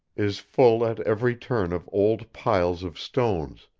is full at every turn of old piles of stones,